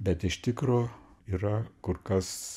bet iš tikro yra kur kas